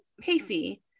Pacey